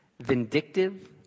vindictive